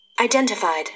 Identified